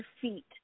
feet